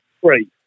Three